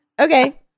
Okay